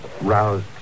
roused